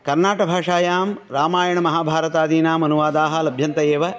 कर्नाटभाषायां रामायणमहाभारतादीनाम् अनुवादाः लभ्यन्त एव